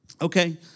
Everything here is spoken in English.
Okay